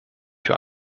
für